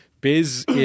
Biz